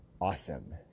awesome